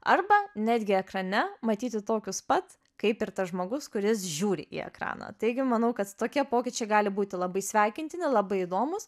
arba netgi ekrane matyti tokius pat kaip ir tas žmogus kuris žiūri į ekraną taigi manau kad tokie pokyčiai gali būti labai sveikintini labai įdomūs